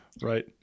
Right